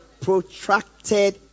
Protracted